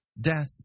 Death